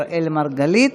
אראל מרגלית,